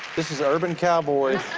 this is urban cowboy,